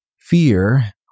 fear